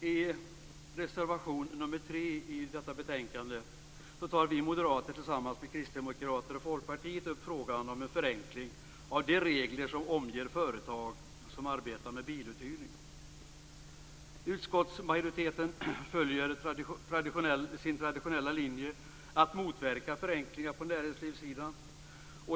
I reservation nr 3 tar vi moderater tillsammans med Kristdemokraterna och Folkpartiet upp frågan om en förenkling av de regler som omger företag som arbetar med biluthyrning. Utskottsmajoriteten följer sin traditionella linje att motverka förenklingar på näringslivssidan.